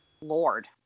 Lord